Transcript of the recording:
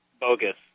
bogus